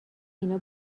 اینا